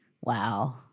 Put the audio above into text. Wow